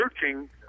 searching